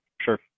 Sure